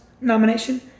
nomination